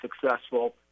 successful